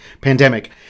pandemic